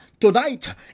tonight